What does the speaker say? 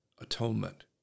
atonement